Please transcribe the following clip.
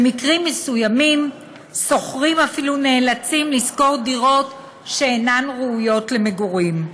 במקרים מסוימים שוכרים אפילו נאלצים לשכור דירות שאינן ראויות למגורים.